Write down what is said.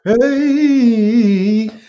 Hey